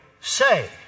say